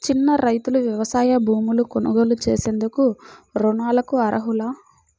చిన్న రైతులు వ్యవసాయ భూములు కొనుగోలు చేసేందుకు రుణాలకు అర్హులా?